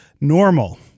normal